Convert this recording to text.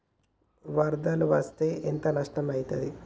వరదలు వస్తే ఎంత నష్టం ఐతది?